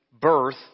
birth